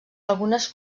algunes